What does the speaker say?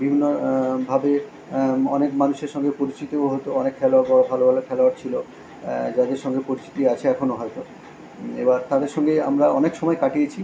বিভিন্ন ভাবে অনেক মানুষের সঙ্গে পরিচিতিও হতো অনেক খেলা বা ভালো ভালো খেলোয়াড় ছিলো যাদের সঙ্গে পরিচিতি আছে এখনো হালকা এবার তাদের সঙ্গে আমরা অনেক সমায় কাটিয়েছি